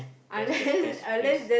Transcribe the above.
that's the best place